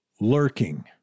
lurking